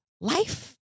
life